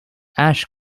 ash